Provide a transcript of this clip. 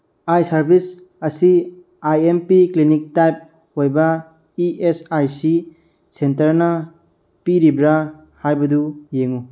ꯑꯥꯏ service ꯑꯁꯤ I M P clinic type ꯑꯣꯏꯕ E S I C ꯁꯦꯟꯇꯔꯅ ꯄꯤꯔꯤꯕ꯭ꯔꯥ ꯍꯥꯏꯕꯗꯨ ꯌꯦꯡꯉꯨ